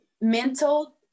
mental